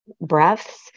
breaths